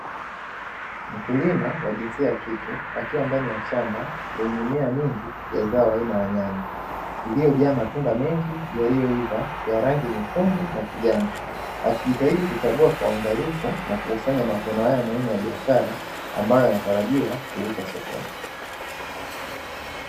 Mkulima wa jinsia ya kike akiwa ndani ya shamba lenye mimea mingi ya zao aina la nyanya, iliyojaa matunda mengi yaliyoiva ya rangi nyekundu na kijani. Akijitahidi kuchagua kwa uangalifu na kukusanya mavuno hayo muhimu ya kibiashara ambayo yanatarajiwa kuuzwa sokoni.